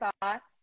thoughts